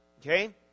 Okay